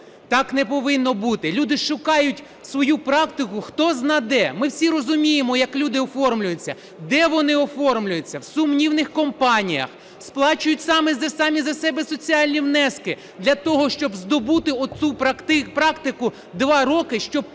так не повинно бути. Люди шукають свою практику хтозна де. Ми всі розуміємо, як люди оформлюються. Де вони оформлюються? В сумнівних компаніях. Сплачують самі за себе соціальні внески для того, щоб здобути оту практику 2 роки, щоб потім мати